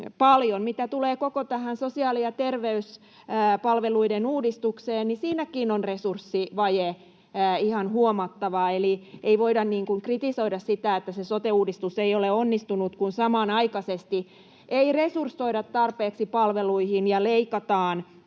Mitä tulee koko tähän sosiaali- ja terveyspalveluiden uudistukseen, niin siinäkin on resurssivaje ihan huomattava. Eli ei voida kritisoida sitä, että se sote-uudistus ei ole onnistunut, kun samanaikaisesti ei resursoida tarpeeksi palveluihin ja leikataan